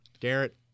Garrett